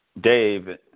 dave